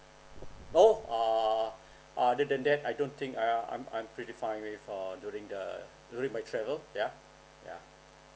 oh uh other than that I don't think um I'm pretty fine with uh during the during my travel yeah ya